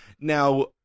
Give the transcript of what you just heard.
Now